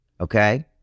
okay